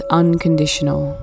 unconditional